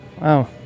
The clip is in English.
Wow